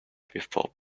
before